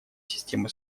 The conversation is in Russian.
системы